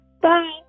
Bye